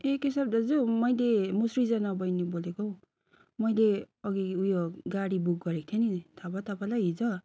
ए केशब दाजु मैले म सृजना बहिनी बोलेको हौ मैले अघि उयो गाडी बुक गरेको थिएँ नि थाहा भयो तपाईँलाई हिजो